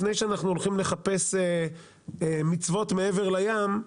לפני שאנחנו הולכים לחפש מצוות מעבר לים,